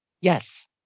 Yes